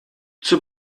zur